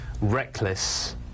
reckless